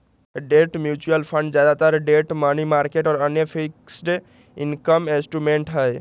debt mutual fund ज्यादातर debt, money market और अन्य फिक्स्ड इनकम इंस्ट्रूमेंट्स हई